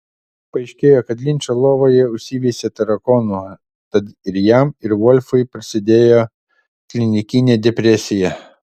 paaiškėjo kad linčo lovoje užsiveisė tarakonų tad ir jam ir volfui prasidėjo klinikinė depresija